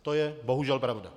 To je bohužel pravda.